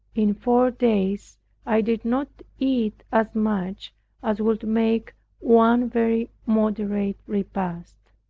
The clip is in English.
in four days i did not eat as much as would make one very moderate repast.